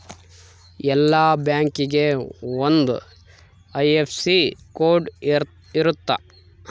ಎಲ್ಲಾ ಬ್ಯಾಂಕಿಗೆ ಒಂದ್ ಐ.ಎಫ್.ಎಸ್.ಸಿ ಕೋಡ್ ಇರುತ್ತ